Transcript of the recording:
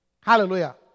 Hallelujah